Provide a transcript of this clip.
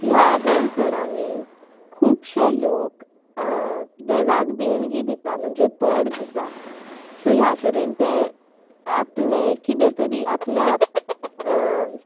ह्या दोन सणांनी खुबशे लोक देवाक देणगी दितात म्हणजे पळ दितात सो ह्या तरेन ते आपलें कितें तरी आपल्या